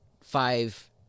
five